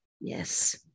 Yes